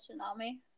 tsunami